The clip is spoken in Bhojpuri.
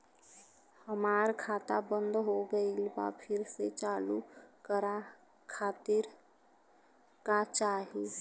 हमार खाता बंद हो गइल बा फिर से चालू करा खातिर का चाही?